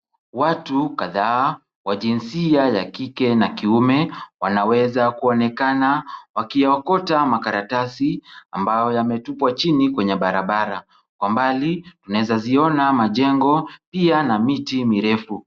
Watu kadhaa wa jinsia ya kike na kiume, wanaweza kuonekana wakiokota makaratasi, ambayo yametupwa chini kwenye barabara. Kwa mbali, tunaeza ziona majengo pia na miti mirefu.